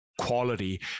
Quality